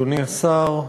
אדוני השר,